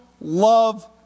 love